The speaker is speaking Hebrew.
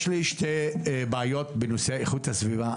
יש לי שתי בעיות בנושא סביבות הסביבה.